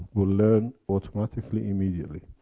will learn automatically, immediately.